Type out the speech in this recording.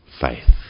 faith